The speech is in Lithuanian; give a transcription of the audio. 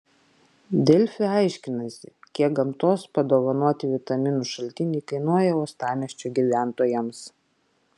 delfi aiškinasi kiek gamtos padovanoti vitaminų šaltiniai kainuoja uostamiesčio gyventojams